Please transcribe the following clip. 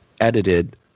edited